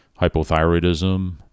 hypothyroidism